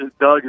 Doug